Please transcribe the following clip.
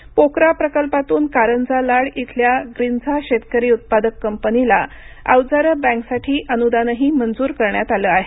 पोकरा प्रकल्पातून कारंजा लाड येथील ग्रीन्झा शेतकरी उत्पादक कंपनीलाअवजारे बँकसाठी अनुदान ही मंजूर करण्यात आलं आहे